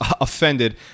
offended